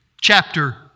chapter